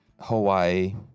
Hawaii